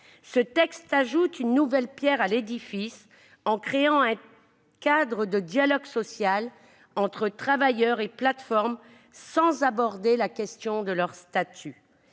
Ce texte ajoute une nouvelle pierre à l'édifice, en créant un cadre de dialogue social entre travailleurs et plateformes sans aborder la question de leur statut.